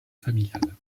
familiale